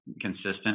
consistent